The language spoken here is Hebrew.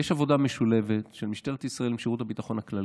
יש עבודה משולבת של משטרת ישראל ושירות הביטחון הכללי.